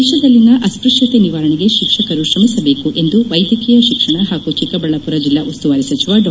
ದೇಶದಲ್ಲಿನ ಅಸ್ಪೃಶ್ಯತೆ ನಿವಾರಣೆಗೆ ಶಿಕ್ಷಕರು ಶ್ರಮಿಸಬೇಕು ಎಂದು ವೈದ್ಯಕೀಯ ಶಿಕ್ಷಣ ಹಾಗೂ ಚಿಕ್ಕಬಳ್ಳಾಪುರ ಜಿಲ್ಲಾ ಉಸ್ತುವಾರಿ ಸಚಿವ ಡಾ